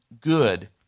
good